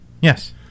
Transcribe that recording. Yes